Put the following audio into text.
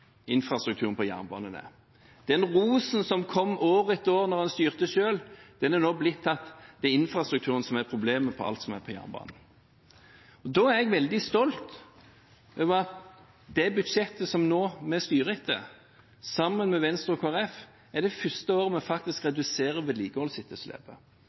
infrastrukturen på jernbanen er. Den rosen som kom etter år da en styrte selv, er nå blitt til at det er infrastrukturen som er problemet med alt som er på jernbanen. Da er jeg veldig stolt av at med det budsjettet som vi nå styrer etter, sammen med Venstre og Kristelig Folkeparti, er dette det første året vi faktisk reduserer vedlikeholdsetterslepet.